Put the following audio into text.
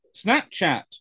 Snapchat